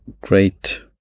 great